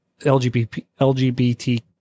LGBT